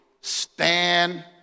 Stand